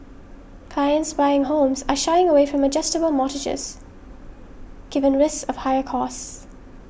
clients buying homes are shying away from adjustable mortgages given risks of higher costs